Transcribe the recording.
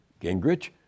Gingrich